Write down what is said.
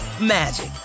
magic